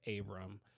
Abram